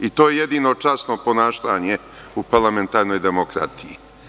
I to je jedino časno ponašanje u parlamentarnoj demokratiji.